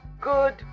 Good